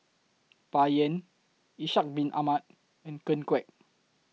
Bai Yan Ishak Bin Ahmad and Ken Kwek